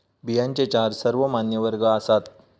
बियांचे चार सर्वमान्य वर्ग आसात